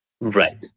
right